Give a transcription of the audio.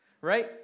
right